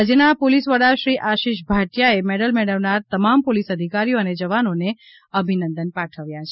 રાજ્યના પોલીસ વડા શ્રી આશિષ ભાટિયા એ મેડલ મેળવનાર તમામ પોલીસ અધિકારીઓ અને જવાનોને અભિનંદન પાઠવ્યા છે